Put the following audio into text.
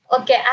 Okay